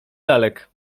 lalek